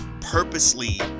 Purposely